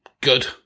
good